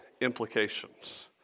implications